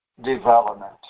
development